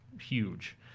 huge